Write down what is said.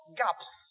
gaps